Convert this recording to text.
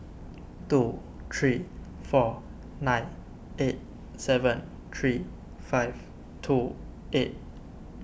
two three four nine eight seven three five two eight